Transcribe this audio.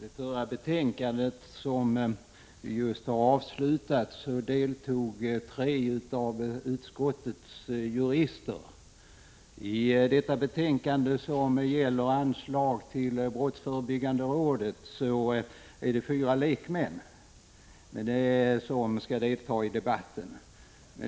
det förra betänkandet, som just har avslutats, deltog tre av utskottets jurister. I detta ärende, som gäller anslag till brottsförebyggande rådet, är det fyra lekmän som skall delta i debatten.